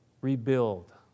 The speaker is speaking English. rebuild